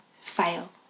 fail